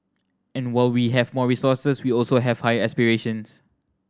and while we have more resources we also have higher aspirations